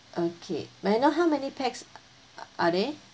okay may I know how many pax are there